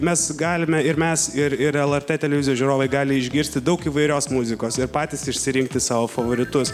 mes galime ir mes ir ir lrt televizijos žiūrovai gali išgirsti daug įvairios muzikos ir patys išsirinkti savo favoritus